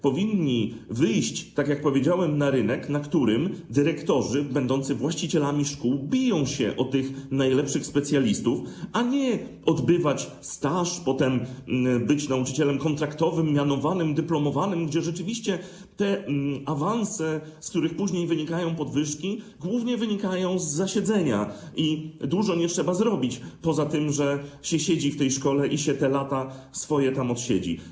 Powinni wyjść, tak jak powiedziałem, na rynek, na którym dyrektorzy będący właścicielami szkół biją się o tych najlepszych specjalistów, a nie odbywać staż, by potem być nauczycielem kontraktowym, mianowanym, dyplomowanym, gdzie rzeczywiście te awanse, z których później wynikają podwyżki, są głównie wynikiem zasiedzenia i nie trzeba dużo zrobić poza tym, że się siedzi w szkole i swoje lata tam się odsiedzi.